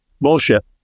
bullshit